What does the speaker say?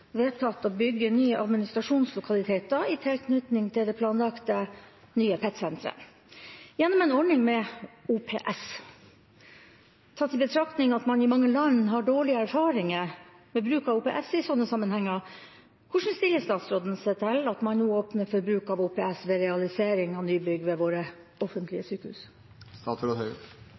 vedtatt å bygge nye administrasjonslokaliteter i tilknytning til det planlagte nye PET-senteret, gjennom en ordning med OPS. Tatt i betraktning at man i mange land har dårlige erfaringer med bruk av OPS i slike sammenhenger; hvordan stiller statsråden seg til at man nå åpner for bruk av OPS ved realisering av nybygg ved våre